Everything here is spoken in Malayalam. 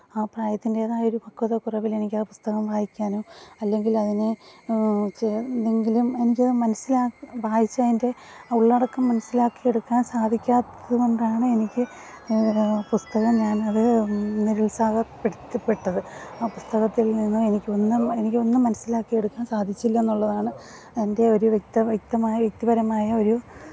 ആ പ്രായത്തിൻ്റേതായൊരു പക്വതക്കുറവിൽ എനിക്ക് ആ പുസ്തകം വായിക്കാനോ അല്ലെങ്കില് അതിനെ എന്തെങ്കിലും എനിക്കത് മനസ്സിലാക്കി വായിച്ചതിന്റെ ഉള്ളടക്കം മനസ്സിലാക്കിയെടുക്കാന് സാധിക്കാത്തതുകൊണ്ടാണ് എനിക്ക് പുസ്തകം ഞാനത് നിരുത്സാഹപ്പെട്ടത് ആ പുസ്തകത്തില് നിന്നും എനിക്കൊന്നും എനിക്കൊന്നും മനസ്സിലാക്കിയെടുക്കാന് സാധിച്ചില്ലെന്നുള്ളതാണ് എന്റെ ഒരു വ്യക്തമായ യുക്തിപരമായ ഒരു